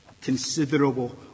Considerable